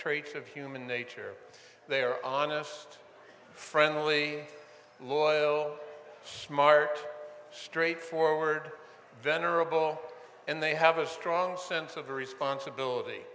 traits of human nature they are honest friendly loyal smart straightforward venerable and they have a strong sense of responsibility